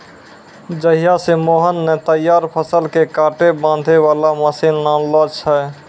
जहिया स मोहन नॅ तैयार फसल कॅ काटै बांधै वाला मशीन लानलो छै